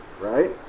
right